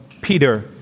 Peter